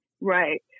Right